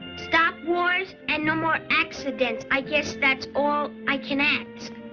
stop wars and no more accidents. i guess that's all i can ask.